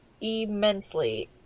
immensely